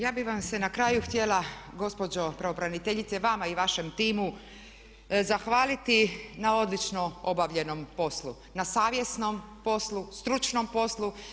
Ja bi vam se na kraju htjela gospođo pravobraniteljice, vama i vašem timu zahvaliti na odlično obavljenom poslu, na savjesnom poslu, stručnom poslu.